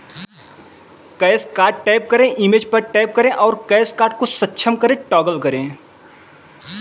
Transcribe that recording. cash card tab पर tap करें, image पर टैप करें और कैश कार्ड को सक्षम करें टॉगल करें